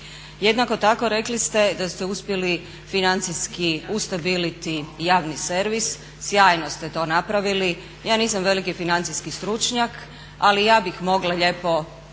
Jednako tako rekli ste da ste uspjeli financijski ustabiliti javni servis, sjajno ste to napravili. Ja nisam veliki financijski stručnjak ali i ja bih mogla lijepo nekretnine